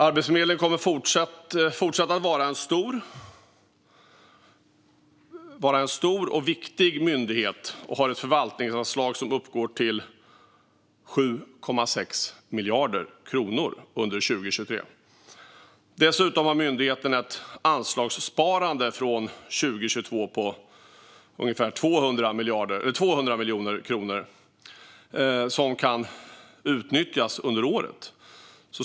Arbetsförmedlingen kommer fortsatt att vara en stor och viktig myndighet och har ett förvaltningsanslag som uppgår till 7,6 miljarder kronor under 2023. Dessutom har myndigheten ett anslagssparande från 2022 på ungefär 200 miljoner kronor som kan utnyttjas under året.